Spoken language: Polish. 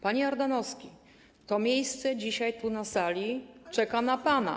Panie Ardanowski, to miejsce dzisiaj tu na sali czeka na pana.